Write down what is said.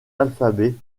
alphabet